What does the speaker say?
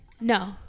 No